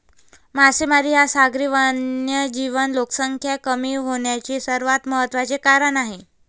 मासेमारी हा सागरी वन्यजीव लोकसंख्या कमी होण्याचे सर्वात महत्त्वाचे कारण आहे